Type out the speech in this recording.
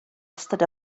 ystod